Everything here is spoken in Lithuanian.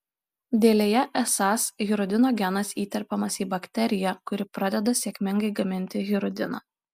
dėlėje esąs hirudino genas įterpiamas į bakteriją kuri pradeda sėkmingai gaminti hirudiną